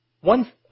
One